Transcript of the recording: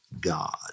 God